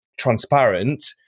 transparent